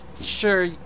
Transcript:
sure